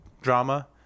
drama